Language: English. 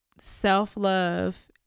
self-love